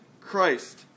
Christ